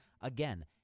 Again